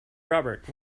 robert